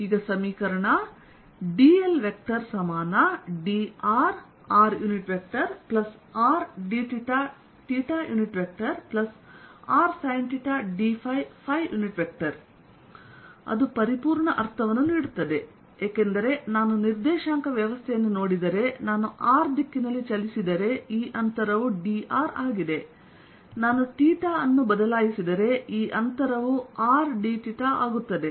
dldr rr dθ r sinθ dϕ ಅದು ಪರಿಪೂರ್ಣ ಅರ್ಥವನ್ನು ನೀಡುತ್ತದೆ ಏಕೆಂದರೆ ನಾನು ನಿರ್ದೇಶಾಂಕ ವ್ಯವಸ್ಥೆಯನ್ನು ನೋಡಿದರೆ ನಾನು r ದಿಕ್ಕಿನಲ್ಲಿ ಚಲಿಸಿದರೆ ಈ ಅಂತರವು dr ಆಗಿದೆ ನಾನು ಅನ್ನು ಬದಲಾಯಿಸಿದರೆ ಈ ಅಂತರವು r dಆಗುತ್ತದೆ